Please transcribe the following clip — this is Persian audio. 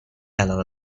علاقه